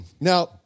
Now